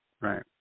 Right